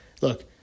Look